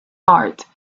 heart